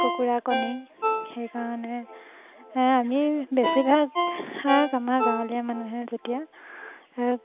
কুকুৰা কণী সেইকাৰণে আমি বেছিভাগ হাঁহ আমাৰ গাঁৱলীয়া মানুহে যেতিয়া